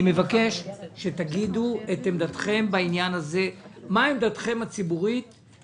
אני מבקש שתגידו מה עמדתכם הציבורית בעניין הזה,